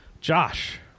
Josh